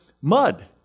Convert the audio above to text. mud